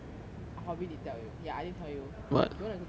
I probably did tell you ya I did tell you do you want a google drive